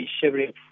shivering